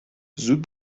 زود